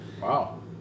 Wow